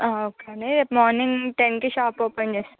okay అండి రేపు morning టెన్కి షాప్ ఓపెన్ చేస్తాం